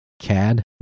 Cad